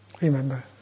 Remember